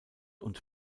und